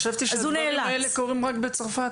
חשבתי שדברים כאלה קורים רק בצרפת.